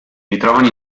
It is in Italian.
ritrovano